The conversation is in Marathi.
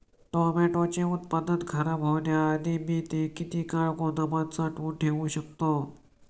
टोमॅटोचे उत्पादन खराब होण्याआधी मी ते किती काळ गोदामात साठवून ठेऊ शकतो?